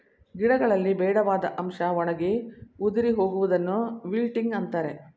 ಗಿಡಗಳಲ್ಲಿ ಬೇಡವಾದ ಅಂಶ ಒಣಗಿ ಉದುರಿ ಹೋಗುವುದನ್ನು ವಿಲ್ಟಿಂಗ್ ಅಂತರೆ